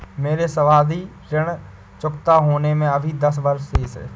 मेरे सावधि ऋण चुकता होने में अभी दस वर्ष शेष है